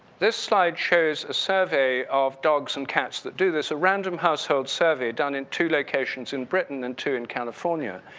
this slide shows a survey of dogs and cats that do this, a random household survey done in two locations in britain and two in california.